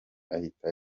ahita